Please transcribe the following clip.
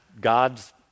God's